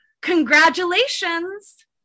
congratulations